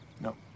no